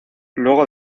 luego